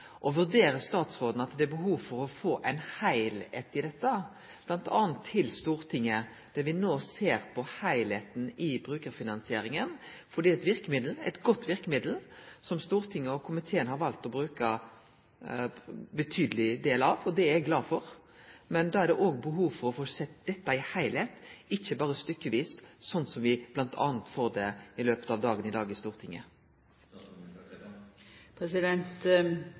Vurderer statsråden behovet for å få ein heilskap i brukarfinansieringa – bl.a. til Stortinget, der me no ser på heilskapen i dette? For det er eit godt verkemiddel, som Stortinget og komiteen har valt å bruke ein betydeleg del. Det er eg glad for. Men det er behov for å få sett dette i ein heilskap, ikkje berre stykkevis, sånn som me bl.a. får det i Stortinget i løpet av dagen i dag.